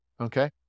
Okay